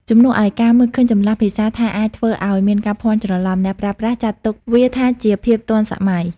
ជំនួសឱ្យការមើលឃើញចម្លាស់ភាសាថាអាចធ្វើឱ្យមានការភ័ន្តច្រឡំ អ្នកប្រើប្រាស់ចាត់ទុកវាថាជាភាពទាន់សម័យ។